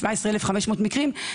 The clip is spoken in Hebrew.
חלק מה-17,500 המקרים,